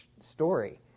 story